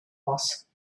horse